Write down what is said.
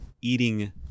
eating